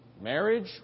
Marriage